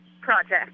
project